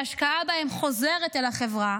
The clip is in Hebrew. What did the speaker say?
שההשקעה בהם חוזרת אל החברה,